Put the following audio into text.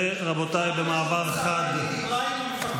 ורבותיי, במעבר חד,